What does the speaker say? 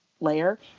layer